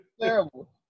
Terrible